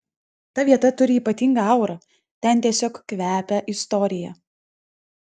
ta vieta turi ypatingą aurą ten tiesiog kvepia istorija